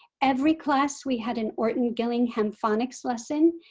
every class we had an orton gillingham phonics lesson.